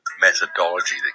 methodology